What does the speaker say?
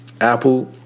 Apple